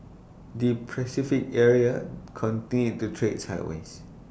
the Pacific area continued to trade sideways